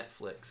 Netflix